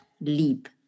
leap